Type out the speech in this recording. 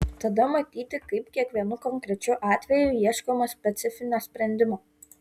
tada matyti kaip kiekvienu konkrečiu atveju ieškoma specifinio sprendimo